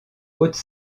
haute